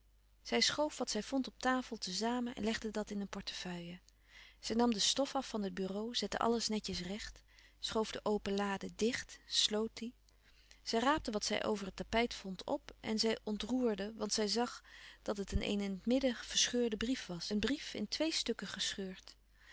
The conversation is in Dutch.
zij schoof wat zij vond op tafel te zamen en legde dat in een portefeuille zij nam de stof af van het bureau zette alles netjes recht schoof de open lade dicht sloot die zij raapte wat zij over het tapijt vond op en zij ontroerde want zij zag dat het een in het midden verscheurde brief was een brief in twee stukken gescheurd